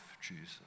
Jesus